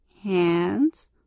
hands